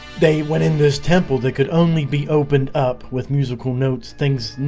they went in this temple that could only be opened up with musical notes things.